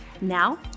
Now